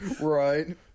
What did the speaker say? right